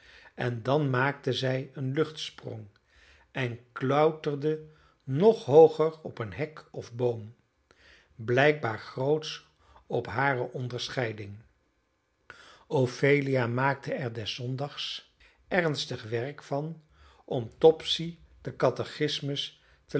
en dan maakte zij een luchtsprong en klauterde nog hooger op een hek of boom blijkbaar grootsch op hare onderscheiding ophelia maakte er des zondags ernstig werk van om topsy den catechismus te